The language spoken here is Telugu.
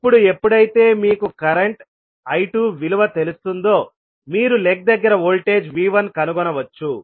ఇప్పుడుఎప్పుడైతే మీకు కరెంట్ I2విలువ తెలుస్తుందో మీరు లెగ్ దగ్గర వోల్టేజ్ V1 కనుగొనవచ్చు